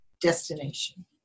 destination